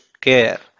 care